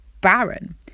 barren